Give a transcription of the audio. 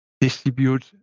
distribute